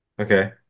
okay